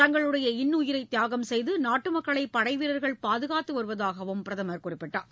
தங்களுடைய இன்னுயிரை தியாகம் செய்து நாட்டு மக்களை படை வீரர்கள் பாதுகாத்து வருவதாகவும் பிரதமர் குறிப்பிட்டார்